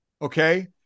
Okay